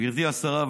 גברתי השרה,